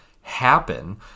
happen